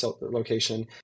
location